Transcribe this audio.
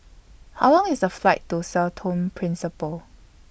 How Long IS The Flight to Sao Tome Principe